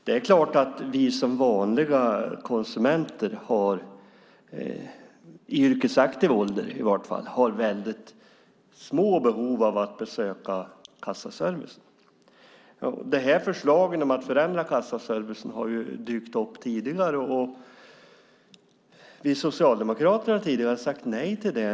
Det är klart att vi som vanliga konsumenter i yrkesaktiv ålder har väldigt små behov av att besöka kassaservice. Förslag om att förändra kassaservicen har dykt upp tidigare, och vi socialdemokrater har sagt nej till det.